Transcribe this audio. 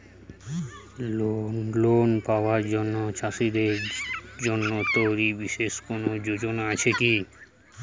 Loan পাবার জন্য চাষীদের জন্য তৈরি বিশেষ কোনো যোজনা আছে কি?